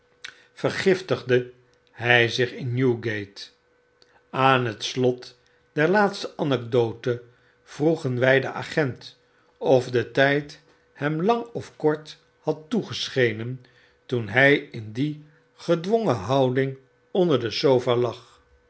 vergiftigde hg zich in newgate aan het slot der laatste anekdote vroegen wy den agent of de tfld hem lang of kort had toegeschenen toen hg in die gedwongen houding onder de sofa lag